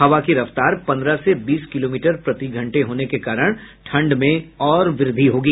हवा की रफ्तार पन्द्रह से बीस किलोमीटर प्रतिघंटे होने के कारण ठंड में और वृद्धि होगी